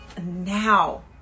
now